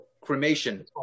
cremation